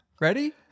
Ready